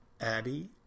Abby